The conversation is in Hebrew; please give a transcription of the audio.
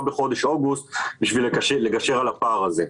בחודש אוגוסט בשביל לגשר על הפער הזה.